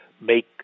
make